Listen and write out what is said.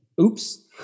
Oops